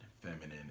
feminine